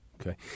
Okay